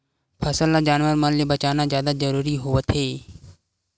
फसल ल जानवर मन ले बचाना जादा जरूरी होवथे